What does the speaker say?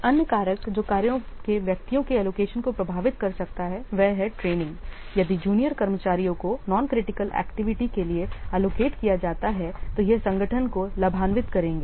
एक अन्य कारक जो कार्यों के व्यक्तियों के एलोकेशन को प्रभावित कर सकता है वह है ट्रेनिंग यदि जूनियर कर्मचारियों को नॉन क्रिटिकल एक्टिविटी के लिए एलोकेट किया जाता है तो यह संगठन को लाभान्वित करेगा